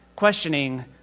questioning